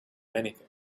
anything